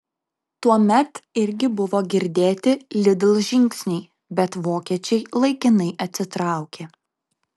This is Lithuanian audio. tuomet irgi buvo girdėti lidl žingsniai bet vokiečiai laikinai atsitraukė